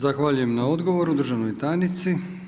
Zahvaljujem na odgovoru državnoj tajnici.